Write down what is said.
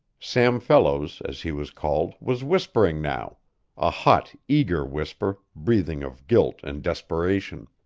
sam fellows, as he was called, was whispering now a hot, eager whisper, breathing of guilt and desperation.